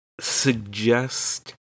suggest